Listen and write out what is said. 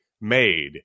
Made